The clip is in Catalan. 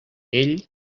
ell